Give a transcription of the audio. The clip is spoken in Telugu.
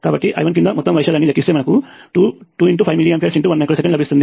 కాబట్టి మనము I1 క్రింద మొత్తం వైశాల్యాన్ని లెక్కిస్తే మనకు 25mA1uS లభిస్తుంది